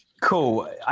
Cool